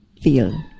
feel